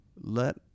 let